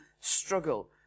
struggle